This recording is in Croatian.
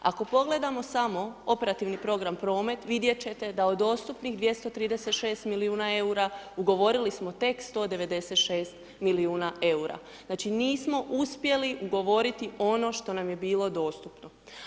Ako pogledamo samo operativni program Promet, vidjet ćete da od dostupnih 236 milijuna EUR-a, ugovorili smo tek 196 milijuna EUR-a, znači, nismo uspjeli ugovoriti ono što nam je bilo dostupno.